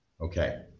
Okay